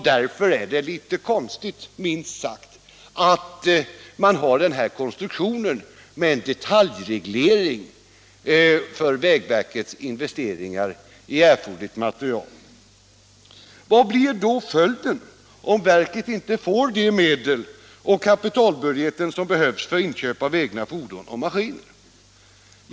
Därför är det litet konstigt, minst sagt, att man har den här konstruktionen med en detaljreglering för vägverkets investeringar i erforderlig materiel. Vad blir då följden om verket inte får de medel över kapitalbudgeten som behövs för inköp av egna fordon och maskiner?